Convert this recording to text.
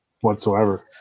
whatsoever